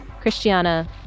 Christiana